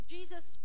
Jesus